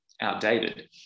outdated